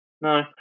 No